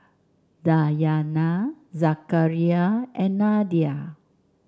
Dayana Zakaria and Nadia